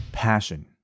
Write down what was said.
passion